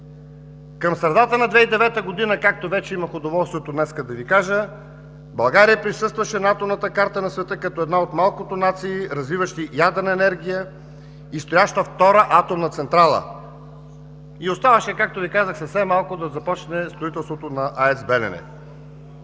Към средата на 2009 г., както днес вече имам удоволствието да Ви кажа, България присъстваше на атомната карта на света като една от малкото нации, развиващи ядрена енергия и строяща втора атомна централа. И оставаше, както Ви казах, съвсем малко, за да започне строителството на АЕЦ